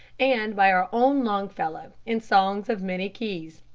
and by our own longfellow in songs of many keys.